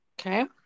Okay